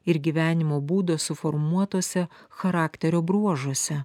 ir gyvenimo būdo suformuotuose charakterio bruožuose